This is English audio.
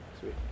sweet